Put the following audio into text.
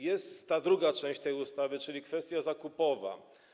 Jest i druga część tej ustawy, czyli kwestia zakupowa.